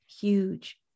huge